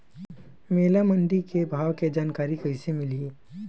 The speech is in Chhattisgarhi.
मोला मंडी के भाव के जानकारी कइसे मिलही?